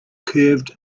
curved